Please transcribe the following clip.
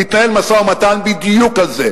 יתנהל משא-ומתן בדיוק על זה.